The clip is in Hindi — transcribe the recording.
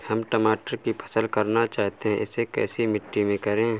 हम टमाटर की फसल करना चाहते हैं इसे कैसी मिट्टी में करें?